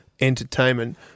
entertainment